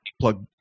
plug